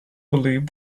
believed